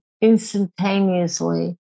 instantaneously